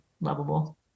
lovable